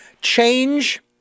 change